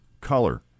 color